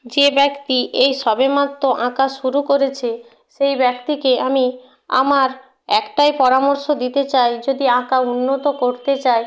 যে ব্যক্তি এই সবেমাত্র আঁকা শুরু করেছে সেই ব্যক্তিকে আমি আমার একটাই পরামর্শ দিতে চাই যদি আঁকা উন্নত করতে চায়